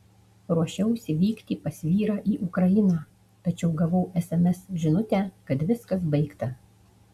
ruošiausi vykti pas vyrą į ukrainą tačiau gavau sms žinutę kad viskas baigta